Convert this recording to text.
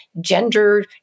gender